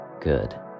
good